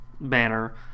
banner